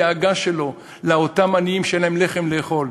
הדאגה שלו לאותם עניים שאין להם לחם לאכול,